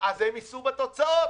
אז הם יישאו בתוצאות.